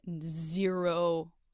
zero